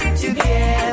together